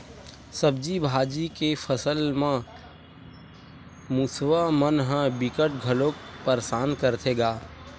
सब्जी भाजी के फसल म मूसवा मन ह बिकट घलोक परसान करथे गा